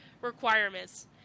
requirements